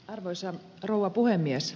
arvoisa rouva puhemies